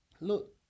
look